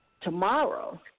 Tomorrow